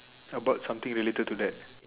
how about something related to that